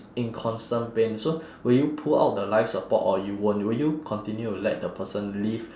in constant pain so will you pull out the life support or you won't will you continue to let the person live